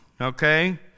okay